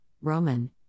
Roman